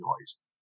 noise